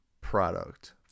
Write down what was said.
product